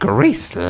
Grease